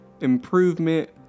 improvement